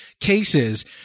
cases